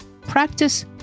practice